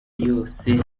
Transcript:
yose